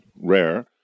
rare